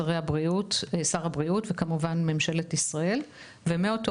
שר הבריאות וכמובן ממשלת ישראל ומאותו